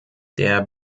der